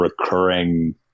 recurring